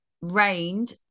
rained